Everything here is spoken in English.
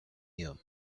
you